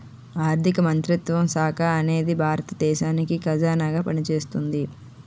ఆర్ధిక మంత్రిత్వ శాఖ అనేది భారత దేశానికి ఖజానాగా పనిచేస్తాది